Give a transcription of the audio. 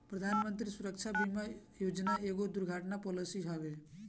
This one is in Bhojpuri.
प्रधानमंत्री सुरक्षा बीमा योजना एगो दुर्घटना पॉलिसी हवे